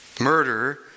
Murder